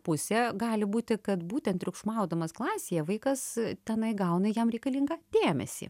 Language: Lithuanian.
pusė gali būti kad būtent triukšmaudamas klasėje vaikas tenai gauna jam reikalingą dėmesį